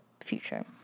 future